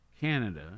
Canada